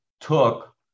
took